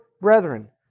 brethren